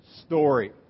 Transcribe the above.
story